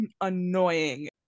annoying